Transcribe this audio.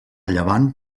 llevant